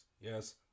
Yes